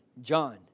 John